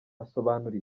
asobanura